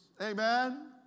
Amen